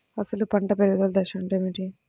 అసలు పంట పెరుగుదల దశ అంటే ఏమిటి?